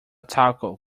taco